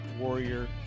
warrior